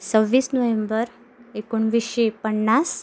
सव्वीस नोव्हेंबर एकोणवीसशे पन्नास